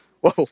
whoa